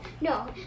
no